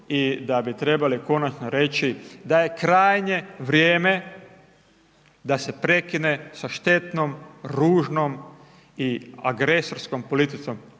i da bi trebali konačno reći da je krajnje vrijeme da se prekine sa štetnom, ružnom i agresorskom politikom